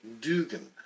Dugan